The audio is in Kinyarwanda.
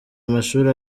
amashuri